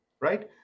right